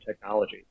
technology